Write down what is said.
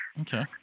okay